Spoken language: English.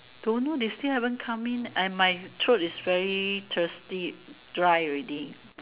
don't know they still haven come in and my throat is very thirsty dry already